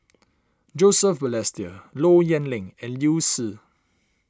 Joseph Balestier Low Yen Ling and Liu Si